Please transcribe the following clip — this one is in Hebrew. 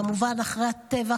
כמובן זה אחרי הטבח,